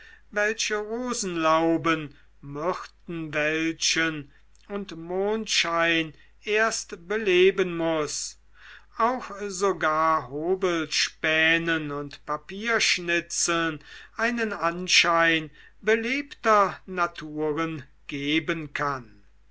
welche rosenlauben myrtenwäldchen und mondschein erst beleben muß auch sogar hobelspänen und papierschnitzeln einen anschein belebter naturen geben kann